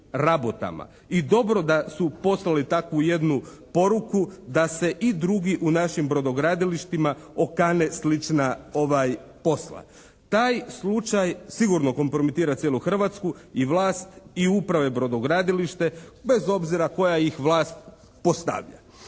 I dobro da su poslali takvu jednu poruku da se i drugi u našim brodogradilištima okane slična posla. Taj slučaj sigurno kompromitira cijelu Hrvatsku i vlast i uprave, brodogradilište bez obzira koja ih vlast postavlja.